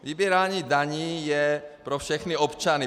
Vybírání daní je pro všechny občany.